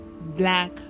black